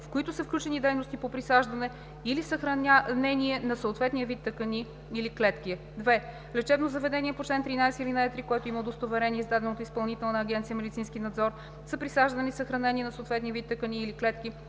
в които са включени дейности по присаждане или съхранение на съответния вид тъкани или клетки; 2. лечебно заведение по чл. 13, ал. 3, което има удостоверение, издадено от Изпълнителна агенция „Медицински надзор“ за присаждане или съхранение на съответния вид тъкани или клетки